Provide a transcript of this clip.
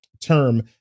term